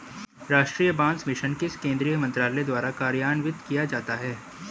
राष्ट्रीय बांस मिशन किस केंद्रीय मंत्रालय द्वारा कार्यान्वित किया जाता है?